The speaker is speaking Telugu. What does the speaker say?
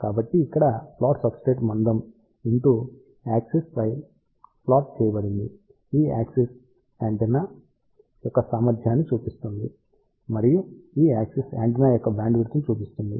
కాబట్టి ఇక్కడ ప్లాట్ సబ్స్ట్రేట్ మందం x యాక్సిస్ పై ప్లాట్ చేయబడింది ఈ యాక్సిస్ యాంటెన్నా యొక్క సామర్థ్యాన్ని చూపిస్తుంది మరియు ఈ యాక్సిస్ యాంటెన్నా యొక్క బ్యాండ్విడ్త్ను చూపుతుంది